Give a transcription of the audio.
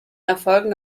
erfolgen